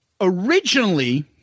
originally